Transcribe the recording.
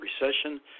recession